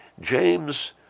James